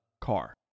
car